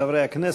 חברי הכנסת,